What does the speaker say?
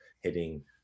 hitting